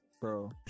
bro